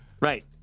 Right